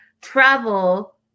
travel